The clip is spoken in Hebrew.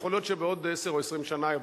יכול להיות שבעוד עשר או 20 שנה יבוא